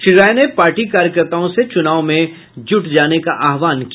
श्री राय ने पार्टी कार्यकर्ताओं से चुनाव में जुट जाने का आह्वाहन किया